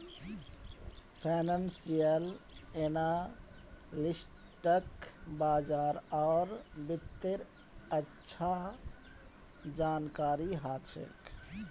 financial एनालिस्टक बाजार आर वित्तेर अच्छा जानकारी ह छेक